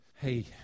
Hey